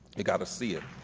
you gotta see it.